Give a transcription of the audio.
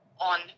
on